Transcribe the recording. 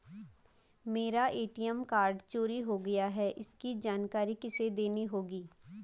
मेरा ATM card चोरी हो गया है इसकी जानकारी किसे देनी होगी?